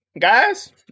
guys